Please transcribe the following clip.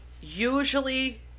usually